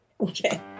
Okay